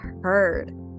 heard